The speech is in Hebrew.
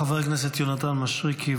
חבר הכנסת יונתן מישרקי,